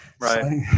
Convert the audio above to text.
Right